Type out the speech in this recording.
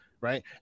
right